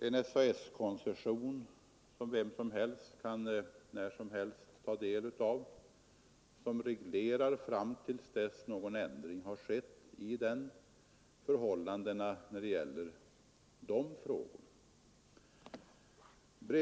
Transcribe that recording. En SAS-koncession, som vem som helst när som helst kan ta del av, reglerar förhållandena i dessa frågor till dess att någon ändring har företagits i den.